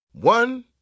One